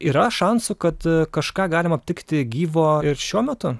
yra šansų kad kažką galima aptikti gyvo ir šiuo metu